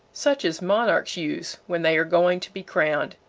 such as monarchs use when they are going to be crowned,